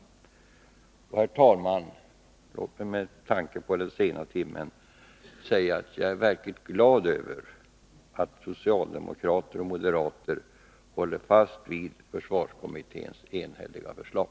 Herr talman! Låt mig med tanke på den sena timmen säga att jag är verkligt glad över att socialdemokrater och moderater håller fast vid försvarskommitténs enhälliga förslag.